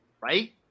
right